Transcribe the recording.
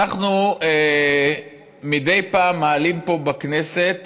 אנחנו מדי פעם מעלים פה בכנסת